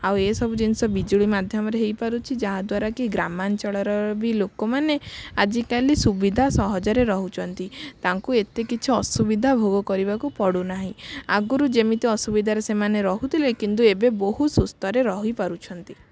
ଆଉ ଏ ସବୁ ଜିନିଷ ବିଜୁଳି ମାଧ୍ୟମରେ ହେଇପାରୁଛି ଯାହାଦ୍ୱାରା କି ଗ୍ରାମାଞ୍ଚଳର ବି ଲୋକମାନେ ଆଜିକାଲି ସୁବିଧା ସହଜରେ ରହୁଛନ୍ତି ତାଙ୍କୁ ଏତେ କିଛି ଅସୁବିଧା ଭୋଗ କରିବାକୁ ପଡୁନାହିଁ ଆଗରୁ ଯେମିତି ଅସୁବିଧାରେ ସେମାନେ ରହୁଥିଲେ କିନ୍ତୁ ଏବେ ବହୁ ସୁସ୍ଥରେ ରହିପାରୁଛନ୍ତି